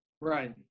Right